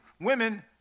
women